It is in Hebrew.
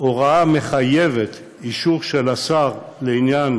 הוראה המחייבת אישור של השר לעניין